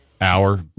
hour